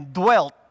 dwelt